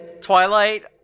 Twilight